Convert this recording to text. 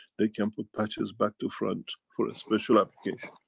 they can put patches back to front for a special application.